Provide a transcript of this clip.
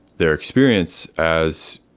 their experience as